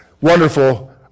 wonderful